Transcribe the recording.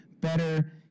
better